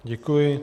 Děkuji.